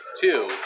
two